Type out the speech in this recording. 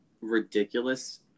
ridiculous